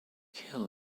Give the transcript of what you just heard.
hill